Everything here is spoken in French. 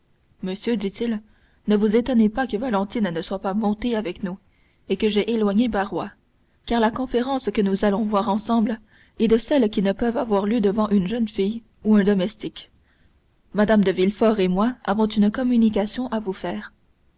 monsieur dit-il ne vous étonnez pas que valentine ne soit pas montée avec nous et que j'aie éloigné barrois car la conférence que nous allons avoir ensemble est de celles qui ne peuvent avoir lieu devant une jeune fille ou un domestique mme de villefort et moi avons une communication à vous faire